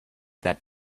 that